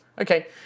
Okay